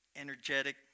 energetic